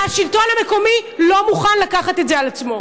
השלטון המקומי לא מוכן לקחת את זה על עצמו.